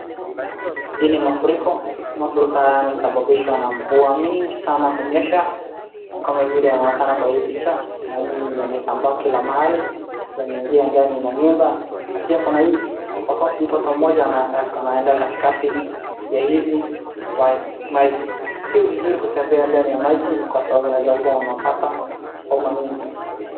Hii ni mafuriko .Mafuriko hayo yamesababishwa na mvua mingi sana kunyesha kama vile inaonekana kwa hii picha Maji yamezambaa kila mahali yameingia ndani ya manyumba na pia kuna hii mtoto mmoja anaenda katikati ya hizi maji si vizuri kutembea ndani ya maji kwa sababu unaenza kuwa unapata homa mingi.